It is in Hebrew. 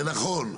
זה נכון.